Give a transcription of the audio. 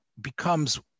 becomes